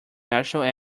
national